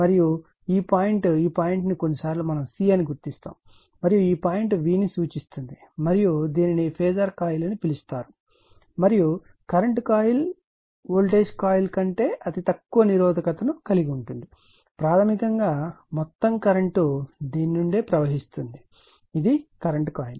మరియు ఈ పాయింట్ ఈ పాయింట్ ను కొన్నిసార్లు మనం C అని గుర్తిస్తాము మరియు ఈ పాయింట్ V ను సూచిస్తుంది మరియు దీనిని ఫేజార్ కాయిల్ అని పిలుస్తారు మరియు కరెంట్ కాయిల్ వోల్టేజ్ కాయిల్ కంటే అతితక్కువ నిరోధకతను కలిగి ఉంటుంది ప్రాథమికంగా మొత్తం కరెంటు దీని నుండి ప్రవహిస్తుంది ఇది కరెంట్ కాయిల్